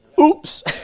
Oops